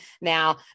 now